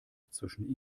zwischen